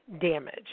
damage